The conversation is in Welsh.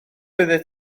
oeddet